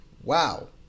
Wow